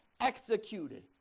executed